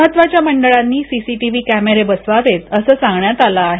महत्त्वाच्या मंडळांनी सीसीटीव्ही कॅमेरे बसवावेत असं सांगण्यात आलं आहे